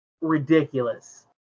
ridiculous